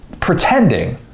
Pretending